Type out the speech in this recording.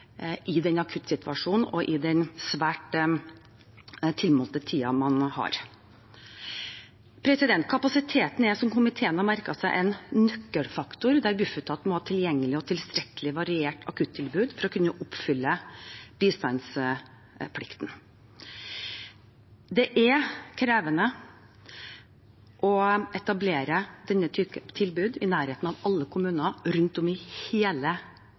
i akuttsituasjonen og med den svært tilmålte tiden man har. Kapasiteten er, som komiteen har merket seg, en nøkkelfaktor, der Bufetat må ha et tilgjengelig og tilstrekkelig variert akuttilbud for å kunne oppfylle bistandsplikten. Det er krevende å etablere denne type tilbud i nærheten av alle kommuner rundt om i hele